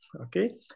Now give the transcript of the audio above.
Okay